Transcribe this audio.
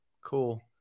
cool